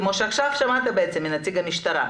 כמו שעכשיו שמעת מנציג המשטרה,